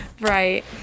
Right